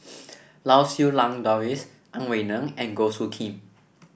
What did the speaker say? Lau Siew Lang Doris Ang Wei Neng and Goh Soo Khim